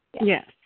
Yes